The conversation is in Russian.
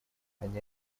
они